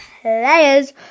players